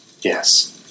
Yes